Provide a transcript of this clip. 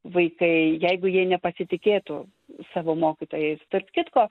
vaikai jeigu jie nepasitikėtų savo mokytojais tarp kitko